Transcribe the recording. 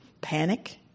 panic